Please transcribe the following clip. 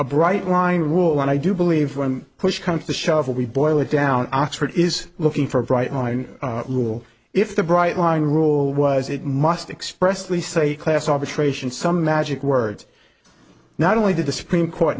a bright line rule and i do believe when push comes to shove we boil it down oxford is looking for a bright line rule if the bright line rule was it must expressly say class arbitration some magic words not only did the supreme court